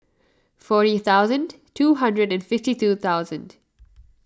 four thousand two hundred and fifty two thousand